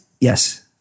yes